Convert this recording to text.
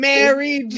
Mary